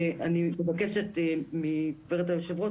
אני מבקשת מגברת יושבת הראש,